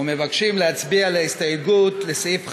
ומבקשים להצביע על ההסתייגות לסעיף 5,